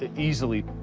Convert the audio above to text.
easily